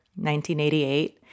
1988